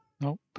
Nope